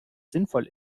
sinnvoll